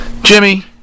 Jimmy